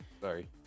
Sorry